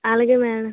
అలాగే మేడం